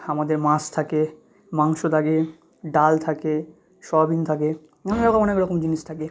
আমাদের মাছ থাকে মাংস থাগে ডাল থাকে সয়াবিন থাকে নানা রকম অনেক রকম জিনিস থাকে